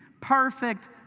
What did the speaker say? perfect